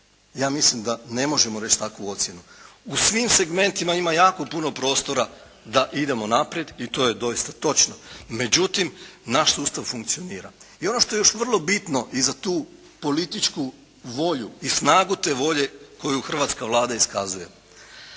Ja mislim da ne možemo reći takvu ocjenu. U svim segmentima ima jako puno prostora da idemo naprijed i to je doista točno međutim naš sustav funkcionira. I ono što je još vrlo bitno i za tu političku volju i snagu te volje koju hrvatska Vlada iskazuje.